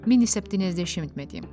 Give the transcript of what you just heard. mini septyniasdešimtmetį